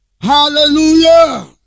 Hallelujah